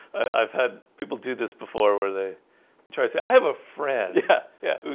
i've had people do this before where they try say. i have a friend. yeah. yeah,